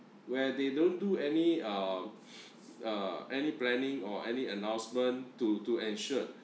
where they don't do any uh uh any planning or any announcement to to ensured